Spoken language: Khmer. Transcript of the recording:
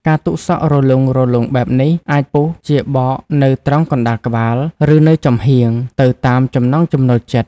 ការទុកសក់រលុងៗបែបនេះ អាចពុះជាបកនៅត្រង់កណ្ដាលក្បាល ឬនៅចំហៀង ទៅតាមចំណង់ចំណូលចិត្ត។